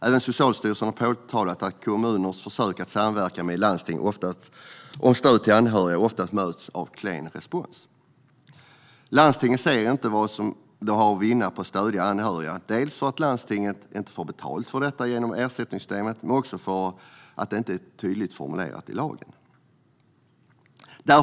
Även Socialstyrelsen har påtalat att kommuners försök att samverka med landsting om stöd till anhöriga ofta möts av klen respons. Landstingen ser inte vad de har att vinna på att stödja de anhöriga, dels för att landstingen inte får betalt för detta genom ersättningssystemet, dels för att uppdraget om stöd till vuxna anhöriga inte är tydligt formulerat i lagen.